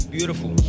Beautiful